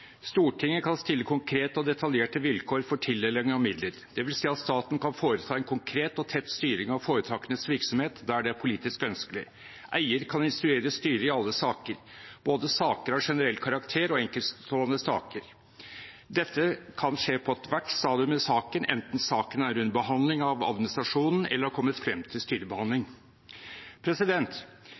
Stortinget kan stille konkrete og detaljerte vilkår for tildeling av midler. Det vil si at staten kan foreta en konkret og tett styring av foretakenes virksomhet der det er politiske ønskelig. Eier kan instruere styret i alle saker – både saker av generell karakter og enkeltstående saker. Dette kan skje på ethvert stadium i saken, enten saken er under behandling av administrasjonen eller har kommet frem til styrebehandling.